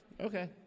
Okay